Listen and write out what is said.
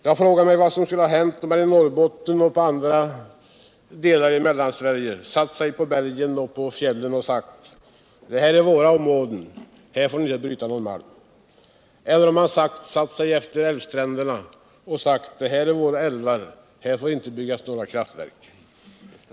Jag frågar mig vad som skulle ha hänt om man i Norrbotten och i Mellansverige satt sig på hällen och på bergen och sagt: detta är våra områden — här får ni inte bryta någon malm. Eller vad skulle ha hänt om man satt sig efter älvstränderna och sagt: detta är våra älvar — här får ni inte bygga några kraftverk?